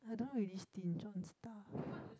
I don't really stinge on stuff